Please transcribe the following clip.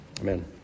Amen